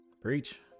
Preach